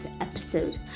episode